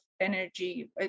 energy